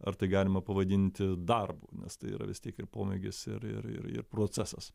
ar tai galima pavadinti darbu nes tai yra vis tiek ir pomėgis ir ir ir ir procesas